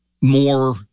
more